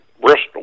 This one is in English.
Bristol